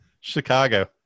Chicago